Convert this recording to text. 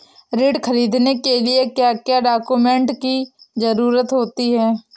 ऋण ख़रीदने के लिए क्या क्या डॉक्यूमेंट की ज़रुरत होती है?